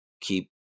keep